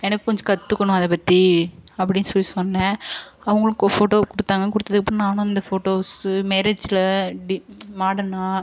எனக்கு கொஞ்சம் கற்றுக்கணும் அதை பற்றி அப்படின்னு சொல்லிச் சொன்னேன் அவங்களும் கோ ஃபோட்டோ கொடுத்தாங்க கொடுத்ததுக்கப்பறோம் நானும் அந்த ஃபோட்டோஸு மேரேஜில் டி மாடனாக